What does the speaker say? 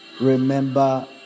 remember